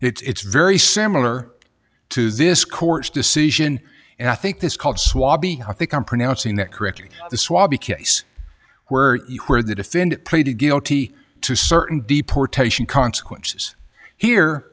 it's a it's very similar to this court's decision and i think this called swaby how i think i'm pronouncing that correctly the swaby case where the defendant pleaded guilty to certain deportation consequences here